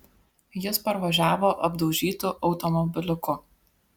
jis parvažiavo apdaužytu automobiliuku